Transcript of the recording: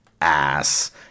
ass